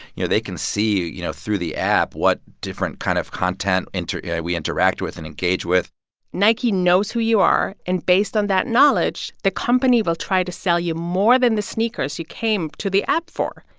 you know, they can see, you you know, through the app what different kind of content, you know, we interact with and engage with nike knows who you are, and based on that knowledge, the company will try to sell you more than the sneakers you came to the app for.